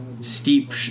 steep